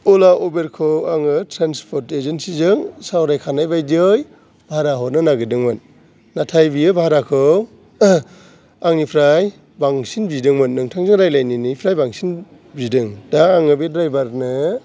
उला उबेरखौ आङो ट्रेन्सपर्थ एजेनसिजों सावरायखानाय बादियै भारा हरनो नागिरदोंमोन नाथाय बियो भाराखौ आंनिफ्राय बांसिन बिदोंमोन नोंथांजों रायज्लायनाय निफ्राय बांसिन बिदों दा आं बे द्राइभारनो